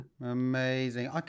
Amazing